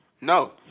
No